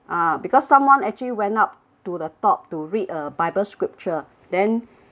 ah because someone actually went up to the top to read a bible scripture then